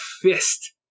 fist